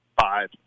Five